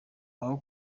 aho